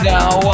Now